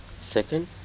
second